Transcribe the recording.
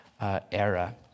era